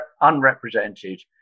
unrepresented